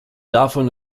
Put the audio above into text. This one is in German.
davon